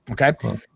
Okay